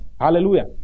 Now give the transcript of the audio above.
Hallelujah